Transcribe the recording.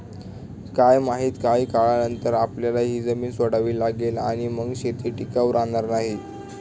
काय माहित, काही काळानंतर आपल्याला ही जमीन सोडावी लागेल आणि मग शेती टिकाऊ राहणार नाही